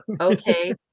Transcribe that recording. okay